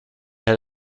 had